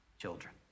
children